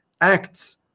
acts